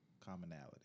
commonality